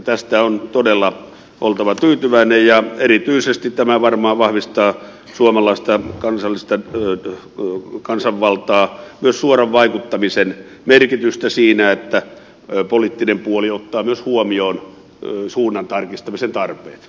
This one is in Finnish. tästä on todella oltava tyytyväinen ja erityisesti tämä varmaan vahvistaa suomalaista kansanvaltaa myös suoran vaikuttamisen merkitystä siinä että poliittinen puoli ottaa myös huomioon suunnan tarkistamisen tarpeet